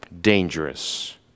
dangerous